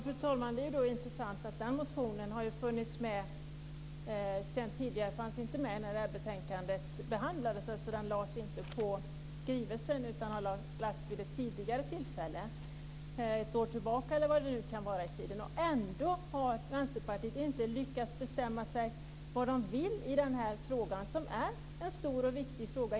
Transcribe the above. Fru talman! Den motionen har funnits med sedan tidigare, men den fanns inte med när betänkandet behandlades. Den väcktes alltså inte i samband med skrivelsen utan den väcktes för ett år sedan. Ändå har Vänsterpartiet inte lyckats bestämma sig för vad de vill i denna stora och viktiga fråga.